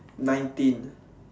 nineteen